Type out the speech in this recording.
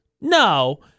No